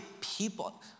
people